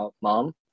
mom